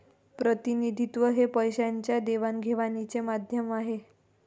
प्रतिनिधित्व हे पैशाच्या देवाणघेवाणीचे माध्यम आहे